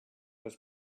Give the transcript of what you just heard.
was